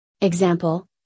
Example